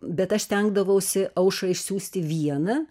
bet aš stengdavausi aušrą išsiųsti vieną